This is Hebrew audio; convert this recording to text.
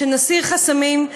שנסיר חסמים.